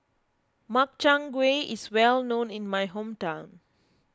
Makchang Gui is well known in my hometown